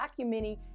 documenting